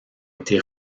été